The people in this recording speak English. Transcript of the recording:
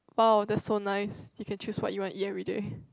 oh that's so nice you can choose what you want to eat everyday